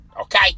okay